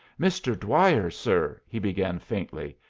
mr. dwyer, sir, he began faintly,